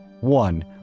One